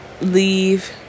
leave